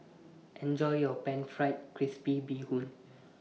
Enjoy your Pan Fried Crispy Bee Hoon